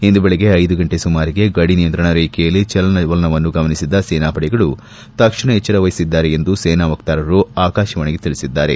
ಇಂದು ಬೆಳಿಗ್ಗೆ ಐದು ಗಂಟೆ ಸುಮಾರಿಗೆ ಗಡಿ ನಿಯಂತ್ರಣಾ ರೇಬೆಯಲ್ಲಿ ಚಲನ ವಲನವನ್ನು ಗಮನಿಸಿದ ಸೇನಾ ಪಡೆಗಳು ತಕ್ಷಣ ಎಚ್ಚರವಹಿಸಿದ್ದಾರೆ ಎಂದು ಸೇನಾ ವಕ್ತಾರರು ಆಕಾಶವಾಣಿಗೆ ತಿಳಿಸಿದ್ದಾರೆ